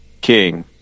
King